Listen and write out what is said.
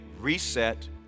reset